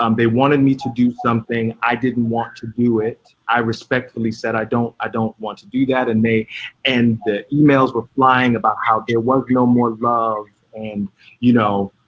um they wanted me to do something, i didn't want to do it. i respectfully said, i don't i don't want to do that. and and the emails were flying about how there were no more love. and you know,